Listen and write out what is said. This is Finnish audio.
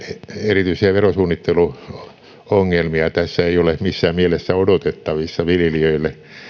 erityisiä verosuunnitteluongelmia viljelijöille tässä ei ole missään mielessä odotettavissa